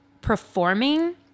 performing